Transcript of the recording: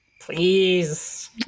Please